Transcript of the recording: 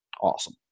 awesome